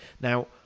Now